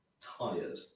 tired